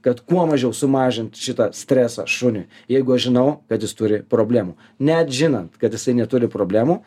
kad kuo mažiau sumažint šitą stresą šuniui jeigu aš žinau kad jis turi problemų net žinant kad jisai neturi problemų